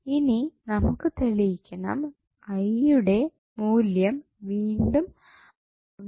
ഇനി നമുക്ക് തെളിയിക്കണം I യുടെ മൂല്യം വീണ്ടും 1